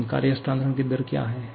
लेकिन कार्य हस्तांतरण की दर क्या है